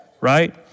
right